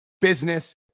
business